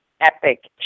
epic